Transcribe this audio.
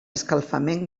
escalfament